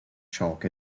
chalk